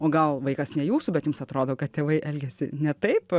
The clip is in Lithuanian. o gal vaikas ne jūsų bet jums atrodo kad tėvai elgiasi ne taip